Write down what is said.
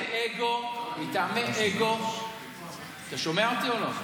מטעמי אגו, אתה שומע אותי או לא?